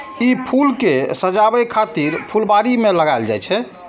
ई फूल कें सजाबै खातिर फुलबाड़ी मे लगाएल जाइ छै